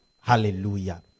Hallelujah